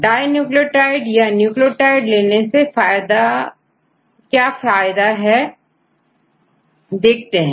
die nucleotide या nucleotide लेने का फायदा है देखते हैं